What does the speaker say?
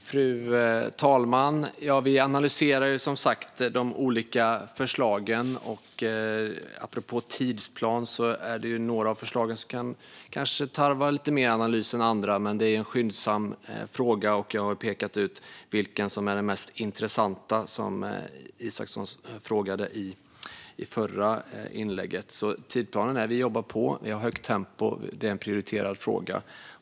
Fru talman! Ja, vi analyserar som sagt de olika förslagen. Apropå tidsplan är det några av förslagen som kanske tarvar lite mer analys än andra. Men detta är en skyndsam fråga, och jag har pekat ut vad som är mest intressant, som Isacsson frågade om i förra inlägget. Vi jobbar på. Vi har högt tempo. Det är en prioriterad fråga.